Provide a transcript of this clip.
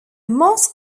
mosque